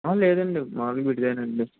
హా లేదండి మాములు విడిదే నండి